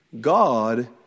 God